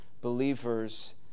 believers